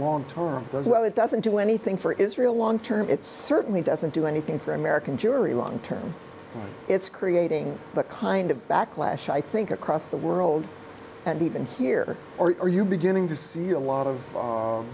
long term it doesn't do anything for israel long term it's certainly doesn't do anything for american jury long term it's creating the kind of backlash i think across the world and even here or are you beginning to see a lot of